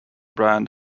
brand